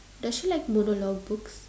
does she like monologue books